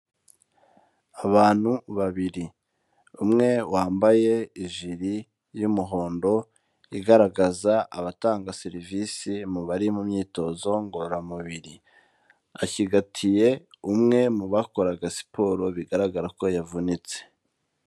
Abantu babiri umwe wambaye ijiri y'umuhondo, igaragaza abatanga serivisi mu bari mu myitozo ngororamubiri. Ashyigatiye umwe mu bakoraga siporo, bigaragara ko yavunitse.